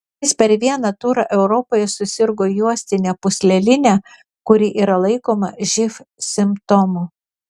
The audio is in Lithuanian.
jis per vieną turą europoje susirgo juostine pūsleline kuri yra laikoma živ simptomu